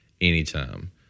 anytime